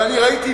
ואני ראיתי,